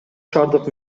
шаардык